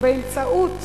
באמצעות